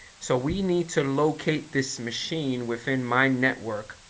so we need to locate this machine within my network.